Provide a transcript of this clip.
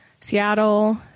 Seattle